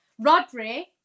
Rodri